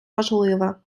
важливе